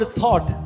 thought